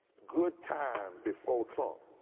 good times before trump